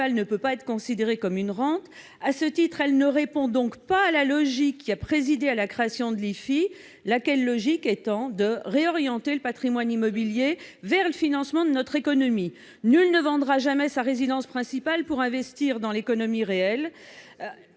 ne peut pas être considérée comme une source de rente. À ce titre, elle ne répond pas à la logique qui a présidé à la création de l'IFI, à savoir réorienter le patrimoine immobilier vers le financement de notre économie. Nul ne vendra jamais sa résidence principale pour investir dans l'économie réelle